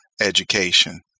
education